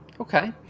Okay